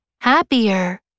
happier